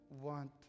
want